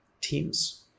teams